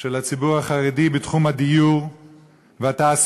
של הציבור החרדי בתחום הדיור והתעסוקה.